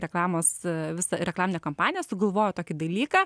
reklamos visą reklaminę kampaniją sugalvojo tokį dalyką